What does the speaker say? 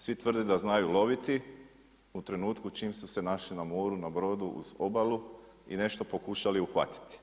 Svi tvrde da znaju loviti, u trenutku čim su se našli na moru, na brodu uz obalu i nešto pokušali uhvatiti.